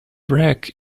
wreck